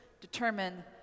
determine